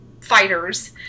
fighters